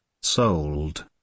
sold